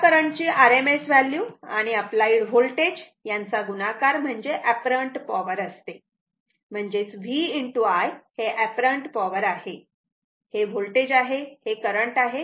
आता करंट ची RMS value आणि अप्लाइड व्होल्टेज यांचा गुणाकार म्हणजे एपरन्ट पॉवर असते म्हणजेच V I हे एपरन्ट पॉवर आहे हे व्होल्टेज आहे आणि हे करंट आहे